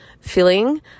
feeling